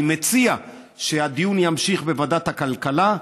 אני מציע שהדיון יימשך בוועדת הכלכלה,